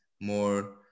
more